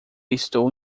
estou